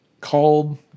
called